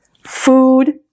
Food